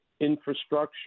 Infrastructure